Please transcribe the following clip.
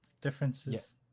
differences